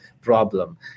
problem